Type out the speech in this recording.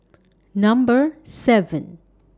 Number seven